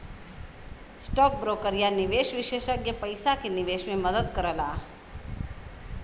stock broker या निवेश विषेसज्ञ पइसा क निवेश में मदद करला